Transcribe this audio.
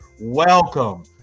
welcome